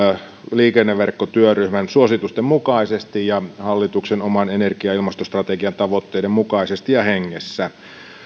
liikenneverkkotyöryhmän suositusten mukaisesti ja hallituksen oman energia ja ilmastostrategian tavoitteiden mukaisesti ja hengessä